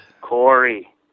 Corey